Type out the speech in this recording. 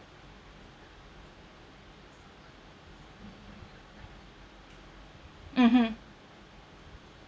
mmhmm